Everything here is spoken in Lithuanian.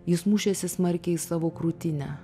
jis mušėsi smarkiai į savo krūtinę